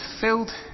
filled